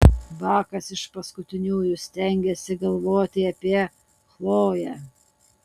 bakas iš paskutiniųjų stengėsi galvoti apie chloję